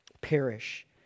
perish